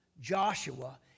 Joshua